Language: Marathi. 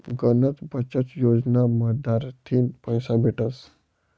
गनच बचत योजना मझारथीन पैसा भेटतस